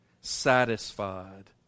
Satisfied